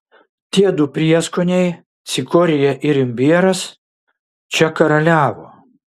tie du prieskoniai cikorija ir imbieras čia karaliavo